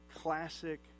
classic